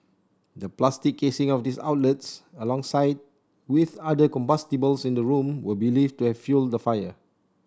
the plastic casing of these outlets alongside with other combustibles in the room were believed to have fuelled the fire